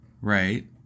Right